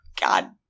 God